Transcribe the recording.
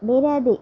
ಬೇರೆ ಅದೇ